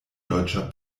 deutscher